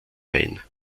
main